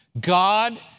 God